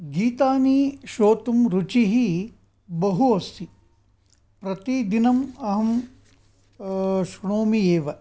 गीतानि श्रोतुं रुचिः बहु अस्ति प्रतिदिनम् अहं श्रुणोमि एव